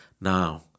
Now